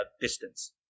distance